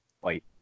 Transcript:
White